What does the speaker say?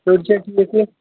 شُرۍ چھا ٹھیٖکھٕے